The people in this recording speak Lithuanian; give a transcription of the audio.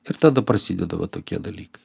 ir tada prasideda va tokie dalykai